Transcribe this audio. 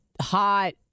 hot